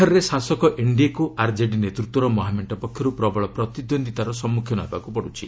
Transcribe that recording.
ବିହାରରେ ଶାସକ ଏନ୍ଡିଏକୁ ଆର୍ଜେଡି ନେତୃତ୍ୱର ମହାମେଣ୍ଟ ପକ୍ଷରୁ ପ୍ରବଳ ପ୍ରତିଦ୍ୱନ୍ଦିତାର ସମ୍ମୁଖୀନ ହେବାକୁ ପଡ଼ୁଛି